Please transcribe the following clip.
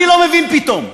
אני לא מבין פתאום.